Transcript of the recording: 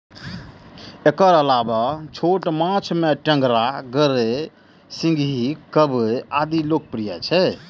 एकर अलावे छोट माछ मे टेंगरा, गड़ई, सिंही, कबई आदि लोकप्रिय छै